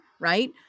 right